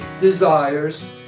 desires